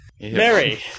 Mary